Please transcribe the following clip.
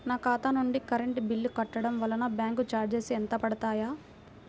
నా ఖాతా నుండి కరెంట్ బిల్ కట్టడం వలన బ్యాంకు చార్జెస్ ఎంత పడతాయా?